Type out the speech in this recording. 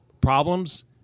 problems